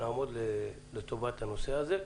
נעמוד לטובת הנושא הזה.